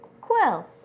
Quill